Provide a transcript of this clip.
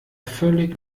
völlig